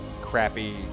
crappy